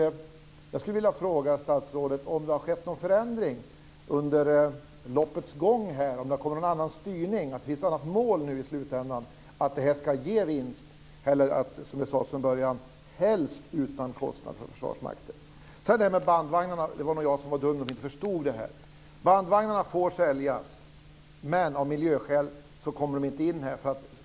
Jag vill fråga statsrådet om det har skett någon förändring under loppets gång, om det har blivit någon annan styrning och något annat mål i slutändan om det här ska ge vinst, eller om det är det som sades från början som gäller, att det ska ske helst utan kostnad för Försvarsmakten. Det var nog jag som var dum och inte förstod detta med bandvagnarna. De får säljas, men av miljöskäl får de inte finnas i Sverige.